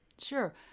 Sure